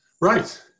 Right